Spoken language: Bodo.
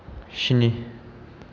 स्नि